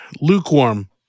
lukewarm